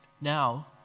now